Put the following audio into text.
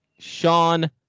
Sean